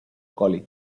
college